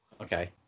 Okay